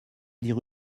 dire